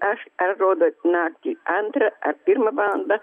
aš ar rodot naktį antrą ar pirmą valandą